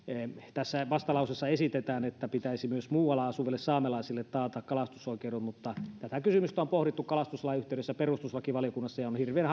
tässä vastalauseessa esitetään että pitäisi myös muualla asuville saamelaisille taata kalastusoikeus mutta tätä kysymystä on pohdittu kalastuslain yhteydessä perustuslakivaliokunnassa ja on hirveän